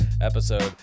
episode